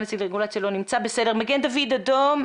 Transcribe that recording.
מגן דוד אדום,